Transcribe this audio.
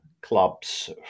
clubs